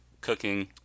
Cooking